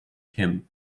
him